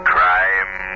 Crime